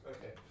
Okay